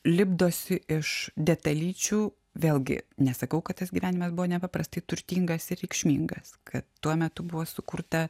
lipdosi iš detalyčių vėlgi nesakau kad tas gyvenimas buvo nepaprastai turtingas ir reikšmingas kad tuo metu buvo sukurta